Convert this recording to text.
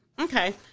Okay